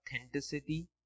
authenticity